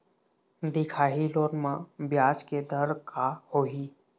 दिखाही लोन म ब्याज के दर का होही?